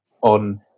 on